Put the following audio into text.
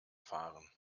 fahren